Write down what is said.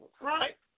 right